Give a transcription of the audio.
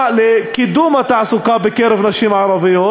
לקידום התעסוקה בקרב נשים ערביות,